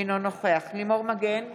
אינו נוכח לימור מגן תלם,